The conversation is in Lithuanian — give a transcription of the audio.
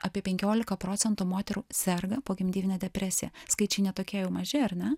apie penkiolika procentų moterų serga pogimdymine depresija skaičiai ne tokie jau maži ar ne